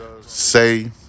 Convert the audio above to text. say